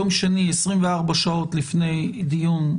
יום שני, 24 שעות לפני דיון.